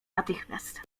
natychmiast